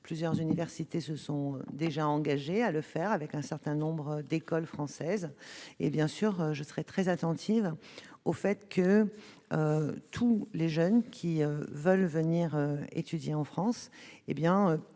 Plusieurs universités se sont déjà engagées à le faire avec un certain nombre d'écoles françaises, et je serai bien entendu très attentive à ce que tous les jeunes qui veulent venir étudier en France